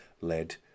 led